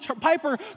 Piper